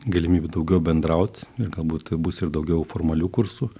galimybių daugiau bendraut ir galbūt bus ir daugiau formalių kursų